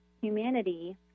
humanity